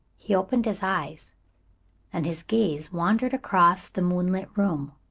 he opened his eyes and his gaze wandered across the moon-lit room.